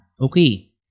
okay